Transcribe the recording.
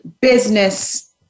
business